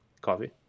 Coffee